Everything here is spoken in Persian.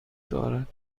دارد